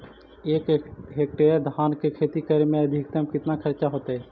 एक हेक्टेयर धान के खेती करे में अधिकतम केतना खर्चा होतइ?